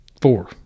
four